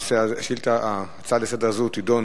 ההצעה לסדר-היום הזאת תידון